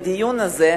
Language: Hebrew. בדיון הזה,